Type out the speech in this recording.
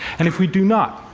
and if we do not,